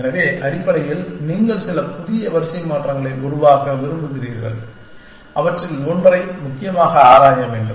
எனவே அடிப்படையில் நீங்கள் சில புதிய வரிசைமாற்றங்களை உருவாக்க விரும்புகிறீர்கள் அவற்றில் ஒன்றை முக்கியமாக ஆராய வேண்டும்